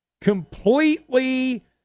completely